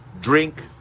drink